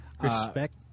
Respect